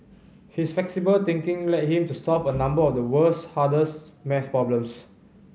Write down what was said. his flexible thinking led him to solve a number of the world's hardest maths problems